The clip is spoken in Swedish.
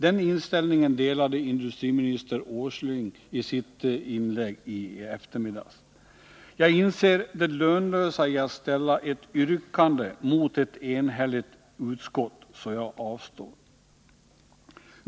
Den inställningen delade industriminister Åsling i sitt inlägg i eftermiddags. Jag inser det lönlösa i att ställa ett yrkande mot utskottet, så jag avstår.